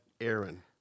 Aaron